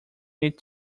need